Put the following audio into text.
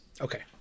Okay